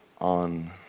on